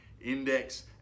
Index